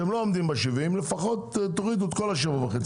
אתם לא עומדים ב-70, לפחות תורידו את כל ה-7.5%.